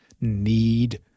need